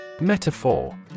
Metaphor